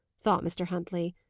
thought mr. huntley.